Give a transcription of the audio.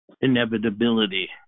inevitability